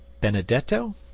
Benedetto